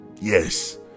yes